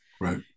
Right